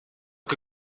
que